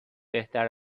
بهتر